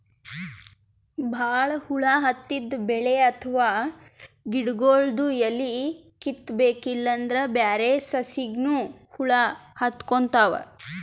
ಭಾಳ್ ಹುಳ ಹತ್ತಿದ್ ಬೆಳಿ ಅಥವಾ ಗಿಡಗೊಳ್ದು ಎಲಿ ಕಿತ್ತಬೇಕ್ ಇಲ್ಲಂದ್ರ ಬ್ಯಾರೆ ಸಸಿಗನೂ ಹುಳ ಹತ್ಕೊತಾವ್